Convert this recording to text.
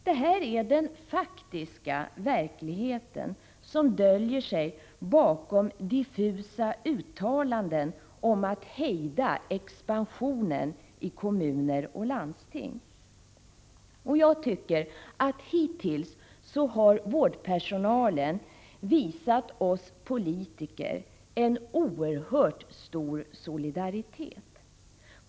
Detta är den verklighet som döljer sig bakom diffusa uttalanden om att hejda expansionen i kommuner och landsting. Jag tycker att vårdpersonalen hittills har visat oss politiker en oerhört stor solidaritet.